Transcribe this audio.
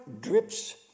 drips